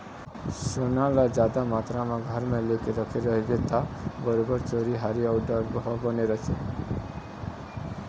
सोना ल जादा मातरा म घर म लेके रखे रहिबे ता बरोबर चोरी हारी अउ डर ह बने रहिथे